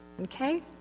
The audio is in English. Okay